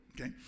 okay